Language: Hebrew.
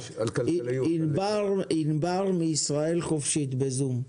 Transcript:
ענבר מישראל חופשית בזום.